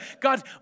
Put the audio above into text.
God